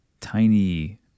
Tiny